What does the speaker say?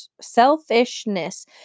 selfishness